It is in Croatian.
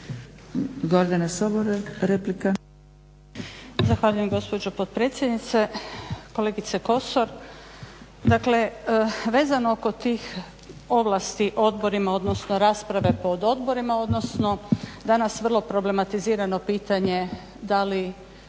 Gordana (SDP)** Zahvaljujem gospođo potpredsjednice, kolegice Kosor. Dakle, vezano oko tih ovlasti odborima odnosno rasprave po odborima, odnosno danas vrlo problematizirano pitanje da li